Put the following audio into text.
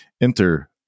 Enter